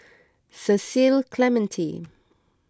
Cecil Clementi